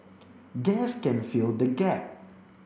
gas can fill the gap